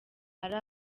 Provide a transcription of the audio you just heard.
ari